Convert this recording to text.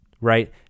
right